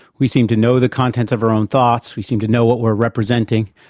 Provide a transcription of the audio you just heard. we seem to know the contents of our own thoughts, we seem to know what we're representing,